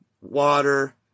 water